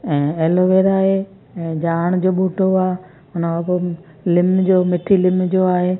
ऐं एलोवीरा आहे ऐं जाण जो बूटो आहे हुनखां पोइ लिम जो मिठी लिम जो आहे